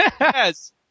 Yes